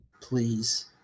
Please